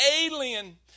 alien